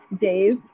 days